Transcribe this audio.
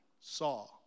saw